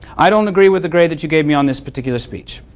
i don't agree with the grade that you gave me on this particular speech.